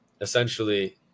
essentially